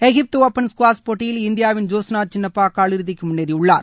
எகிப்து open squash போட்டியில் இந்தியாவின் ஜோஸ்னா சின்னப்பா காலிறுதிக்கு முன்னேறியுள்ளார்